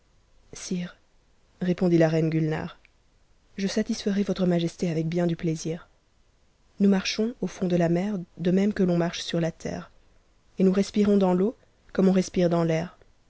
sire répondit la reine gulnare je satisferai votre blajesté avec bien du plaisir nous marchons au fond de la mer de même que l'on marche sur h terre et nous respirons dans l'eau comme on respire dans l'air